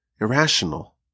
irrational